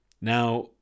now